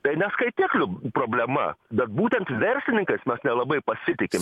tai ne skaitiklių problema bet būtent verslininkais mes nelabai pasitikim